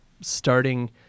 starting